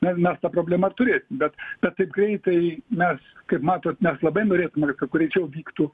na mes tą problemą turėsim bet bet taip greitai mes kaip matot mes labai norėtume kad greičiau vyktų